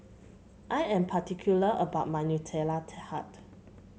I am particular about my Nutella Tart